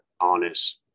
honest